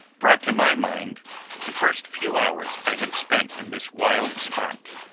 brought to my mind the first few hours i had spent in this wild spot,